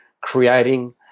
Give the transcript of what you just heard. creating